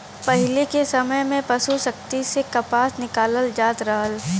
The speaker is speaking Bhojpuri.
पहिले के समय में पसु शक्ति से कपास निकालल जात रहल